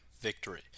victory